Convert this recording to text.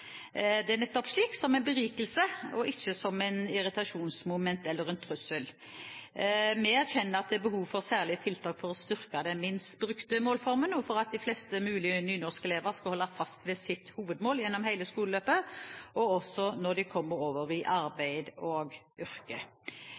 opplever det nettopp slik, som en berikelse, og ikke som et irritasjonsmoment eller en trussel. Vi erkjenner at det er behov for særlige tiltak for å styrke den minst brukte målformen, og for at flest mulig nynorskelever skal holde fast ved sitt hovedmål gjennom hele skoleløpet – også når de kommer over i